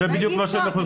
כנראה אי אפשר.